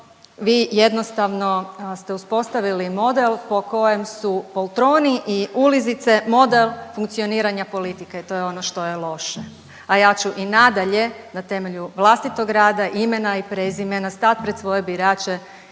vi jednostavno ste uspostavili model po kojem su poltroni i ulizice model funkcioniranja politike i to je ono što je loše. A ja ću i nadalje na temelju vlastitog rada, imena i prezimena stati pred svoje birače